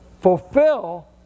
fulfill